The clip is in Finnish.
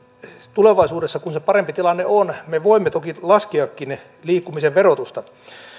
tulevaisuudessa kun se parempi tilanne on me voimme toki laskeakin liikkumisen verotusta